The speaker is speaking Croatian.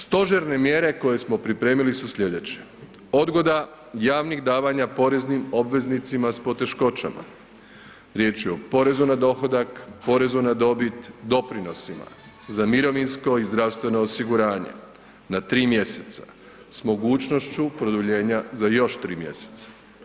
Stožerne mjere koje smo pripremili su sljedeće: odgoda javnih davanja poreznim obveznicima s poteškoćama, riječ je o porezu na dohodak, porezu na dobit, doprinosima za mirovinsko i zdravstveno osiguranje na tri mjeseca s mogućnošću produljenja za još tri mjeseca.